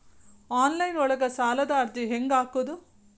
Online ಒಳಗ ಸಾಲದ ಅರ್ಜಿ ಹೆಂಗ್ ಹಾಕುವುದು?